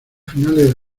finales